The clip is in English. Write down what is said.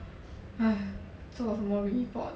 做什么 report